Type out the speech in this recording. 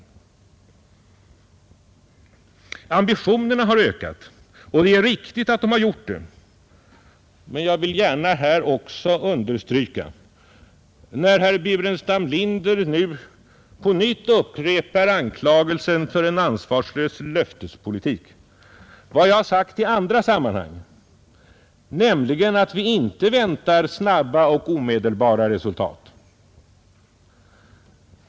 Ambitio 30 mars 1971 nerna har ökat, och det är riktigt att de har gjort det, men jag vill gärna här också understryka, när herr Burenstam Linder nu på nytt upprepar anklagelsen för en ansvarslös löftespolitik, vad jag har sagt i andra sammanhang, nämligen att vi inte väntar snabba och omedelbara resultat.